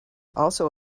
also